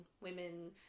women